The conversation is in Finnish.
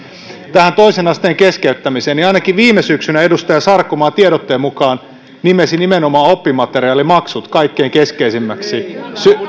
tähän toisen asteen keskeyttämiseen niin ainakin viime syksynä edustaja sarkomaa tiedotteen mukaan nimesi nimenomaan oppimateriaalimaksut kaikkein keskeisimmäksi